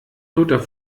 toter